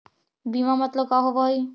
बीमा मतलब का होव हइ?